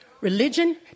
Religion